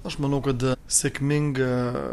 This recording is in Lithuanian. aš manau kad sėkminga